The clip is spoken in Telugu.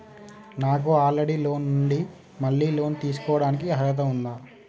నాకు ఆల్రెడీ లోన్ ఉండి మళ్ళీ లోన్ తీసుకోవడానికి అర్హత ఉందా?